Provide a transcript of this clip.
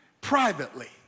privately